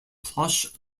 plush